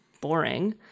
boring